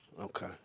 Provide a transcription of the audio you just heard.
Okay